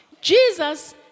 Jesus